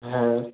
হ্যাঁ